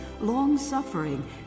long-suffering